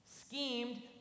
schemed